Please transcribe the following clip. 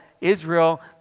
Israel